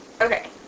Okay